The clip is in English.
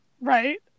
right